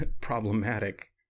problematic